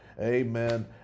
Amen